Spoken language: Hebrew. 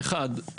אחד,